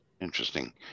Interesting